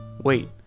Wait